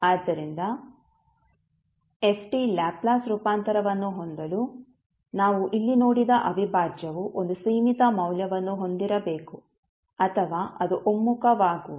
ಆದ್ದರಿಂದ f Laplace ರೂಪಾಂತರವನ್ನು ಹೊಂದಲು ನಾವು ಇಲ್ಲಿ ನೋಡಿದ ಅವಿಭಾಜ್ಯವು ಒಂದು ಸೀಮಿತ ಮೌಲ್ಯವನ್ನು ಹೊಂದಿರಬೇಕು ಅಥವಾ ಅದು ಒಮ್ಮುಖವಾಗುವುದು